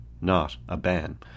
not-a-ban